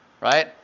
right